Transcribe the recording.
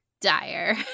dire